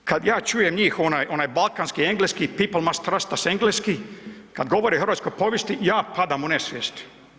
Kad ja čujem njih onaj balkanski engleski „People must trust us“ engleski, kad govore o hrvatskoj povijesti, ja padam u nesvijest.